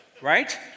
Right